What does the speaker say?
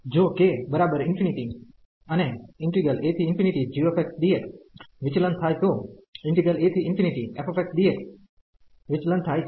જો k ∞ અને ag dx વિચલન થાય તો af dx વિચલન થાય છે